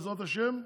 בעזרת השם,